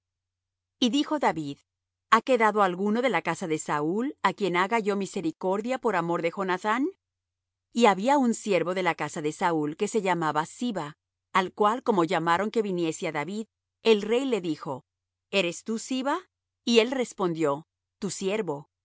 y dijo david ha quedado alguno de la casa de saúl á quien haga yo misericordia por amor de jonathán y había un siervo de la casa de saúl que se llamaba siba al cual como llamaron que viniese á david el rey le dijo eres tú siba y él respondió tu siervo y